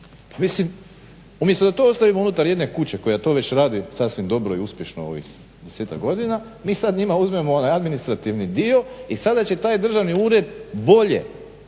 mislim, umjesto da to ostavimo unutar jedne kuće koja to već radi sasvim dobro i uspješno u ovih desetak godina mi sad mi njima uzmemo onaj administrativni dio i sada će taj državni ured bolje